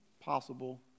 possible